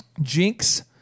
Jinx